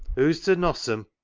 who's to noss em,